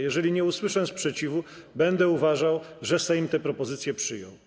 Jeżeli nie usłyszę sprzeciwu, będę uważał, że Sejm tę propozycję przyjął.